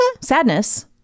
sadness